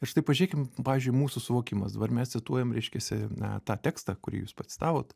ir štai pažėkim pavyzdžiui mūsų suvokimas dabar mes cituojam reiškiasi a tą tekstą kurį jūs pacitavot